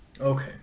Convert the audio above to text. Okay